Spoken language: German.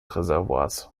reservoirs